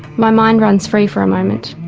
my mind runs free for a moment,